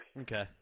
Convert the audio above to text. Okay